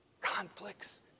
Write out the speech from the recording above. conflicts